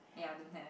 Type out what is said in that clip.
ya don't have